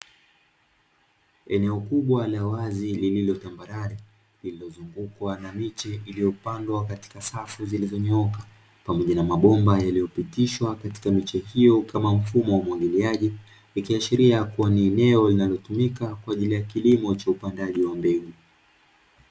eneo kubwa la wazi lililosambanani kua na miche iliyopandwa katika safu zilizonyooka pamoja na mabomba yaliyopi tishwa katika mechi hiyo kama mfumo wa umwagiliaji nikiashiria kuwa ni eneo linalotumika kwa ajili ya kilimo cha upandaji wa mbegu za kilimo na sheria